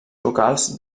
locals